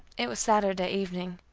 it was saturday evening,